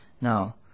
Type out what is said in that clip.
Now